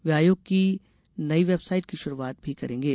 वे आयोग की नई वेबसाइट की शुरूआत भी करेंगे